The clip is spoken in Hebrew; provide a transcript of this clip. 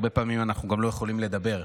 הרבה פעמים אנחנו גם לא יכולים לדבר,